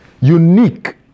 Unique